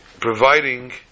providing